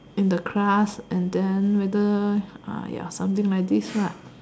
in the class and then whether ah ya something like this lah